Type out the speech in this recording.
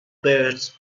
birds